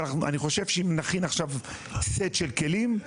אבל אני חושב שאם נכין עכשיו סט של כלים,